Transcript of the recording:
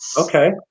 Okay